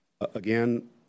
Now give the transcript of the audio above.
again